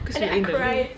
because you angry